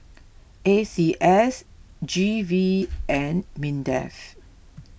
A C S G V and Mindef